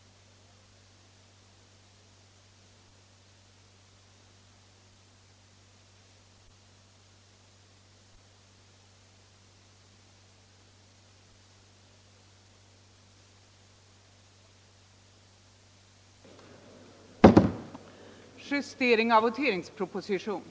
Ändringarna i tullagen avses träda i kraft den I mars 1975 och de övriga förslagen den 1 juli 19785